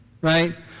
Right